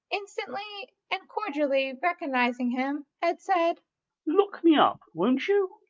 instantly and cordially recognising him, had said look me up, won't you?